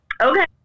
Okay